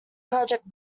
project